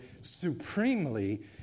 supremely